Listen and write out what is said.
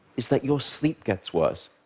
is that your sleep gets worse,